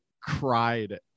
cried